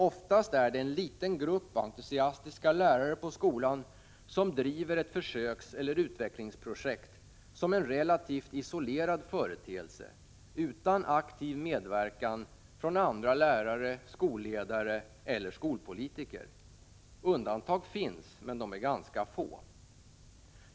Oftast är det en liten grupp entusiastiska lärare på skolan som driver ett försökseller utvecklingsprojekt som en relativt isolerad företeelse utan aktiv medverkan från andra lärare, skolledare eller skolpolitiker. Undantag finns men de är ganska få.